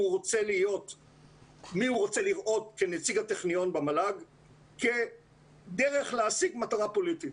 רוצה לראות כנציג הטכניון במל"ג כדרך להשיג מטרה פוליטית.